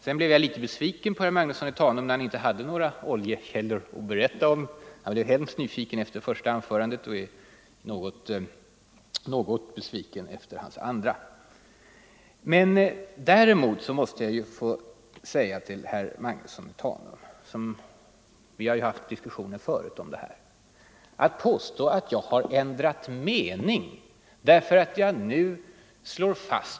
Jag blev litet ledsen på herr Magnusson i Tanum när han inte hade några oljekällor att berätta om. Jag blev hemskt nyfiken efter det första anförandet och är något besviken efter hans andra. Däremot måste jag få säga till herr Magnusson i Tanum -— vi har haft diskussioner tidigare om det här — att han inte kan vara i god tro när han påstår att jag har ändrat mening.